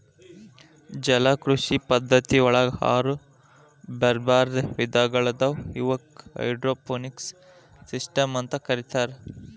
ಜಲಕೃಷಿ ಪದ್ಧತಿಯೊಳಗ ಆರು ಬ್ಯಾರ್ಬ್ಯಾರೇ ವಿಧಗಳಾದವು ಇವಕ್ಕ ಹೈಡ್ರೋಪೋನಿಕ್ಸ್ ಸಿಸ್ಟಮ್ಸ್ ಅಂತ ಕರೇತಾರ